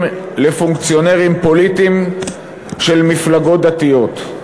לפונקציונרים פוליטיים של מפלגות דתיות.